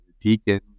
deacon